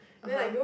(uh huh)